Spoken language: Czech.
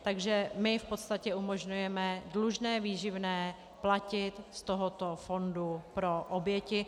Takže my v podstatě umožňujeme dlužné výživné platit z tohoto fondu pro oběti.